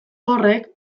horrek